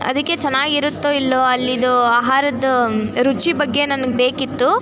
ಅದಕ್ಕೆ ಚೆನ್ನಾಗಿರುತ್ತೋ ಇಲ್ಲವೋ ಅಲ್ಲಿದು ಆಹಾರದ್ದು ರುಚಿ ಬಗ್ಗೆ ನನ್ಗೆ ಬೇಕಿತ್ತು